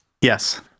yes